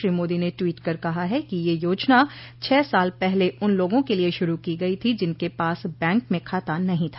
श्री मोदी ने टवीट कर कहा है कि यह योजना छह साल पहले उन लोगों के लिए शुरू की गई थी जिनके पास बैंक में खाता नहीं था